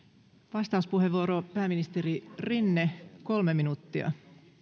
vastauspuheenvuoro pääministeri rinne kolme minuuttia